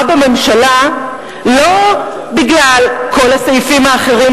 תמיכת ממשלה לא בגלל כל הסעיפים האחרים,